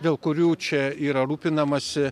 dėl kurių čia yra rūpinamasi